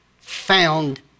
found